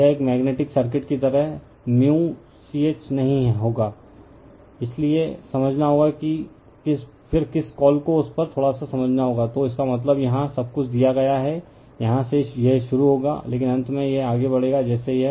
यह एक magnetic circuit की तरह μch नहीं होगा इसलिए समझाना होगा फिर किस कॉल को उस पर थोड़ा सा समझना होगा तो इसका मतलब है कि यहां सब कुछ दिया गया है यहां से यह शुरू होगा लेकिन अंत में यह आगे बढ़ेगा जैसे यह